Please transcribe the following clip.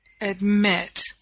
admit